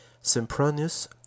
Sempronius